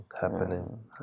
happening